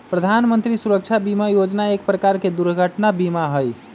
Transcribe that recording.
प्रधान मंत्री सुरक्षा बीमा योजना एक प्रकार के दुर्घटना बीमा हई